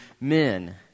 men